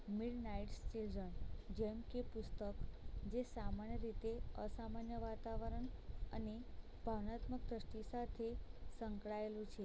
Midnight's Children જેમકે પુસ્તક જે સામાન્ય અસામાન્ય વાતાવરણ અને ભાવનાત્મક દૃષ્ટિ સાથે સંકળાએલું છે